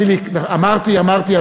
חיליק, אמרתי, אמרתי.